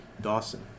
Dawson